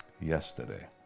yesterday